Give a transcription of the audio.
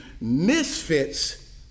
misfits